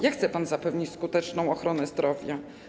Jak chce pan zapewnić skuteczną ochronę zdrowia?